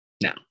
Now